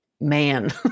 man